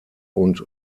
und